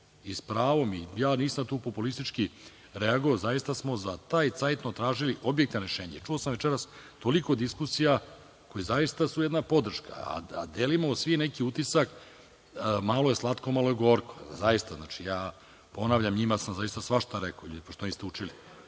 i sa pravom. Ja nisam tu populistički reagovao, zaista smo za taj cajtnot tražili objektne rešenje. Čuo sam večeras toliko diskusija koje su zaista jedna podrška, a da delimo svi neki utisak malo je slatko, malo je gorko. Zaista. Ponavljam, njima sam zaista svašta rekao – što niste učili,